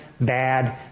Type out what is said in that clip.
bad